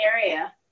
area